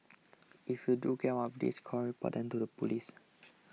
if you do get one of these calls report them to the police